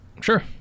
Sure